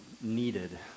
needed